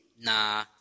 Nah